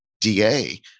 DA